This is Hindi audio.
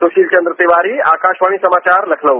सुशील चंद्र तिवारी आकाशवाणी समाचार लखनऊ